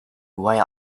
while